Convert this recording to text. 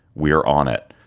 we are on it.